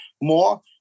more